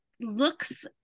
looks